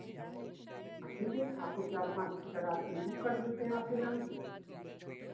हाँ ठीक है आपको चार पाँच टिकट आपकी बुक कर देते हैं आपके नाम से